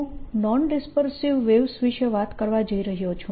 હું nondispersive waves વિશે વાત કરવા જઇ રહ્યો છું